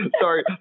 Sorry